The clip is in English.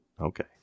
Okay